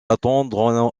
attendre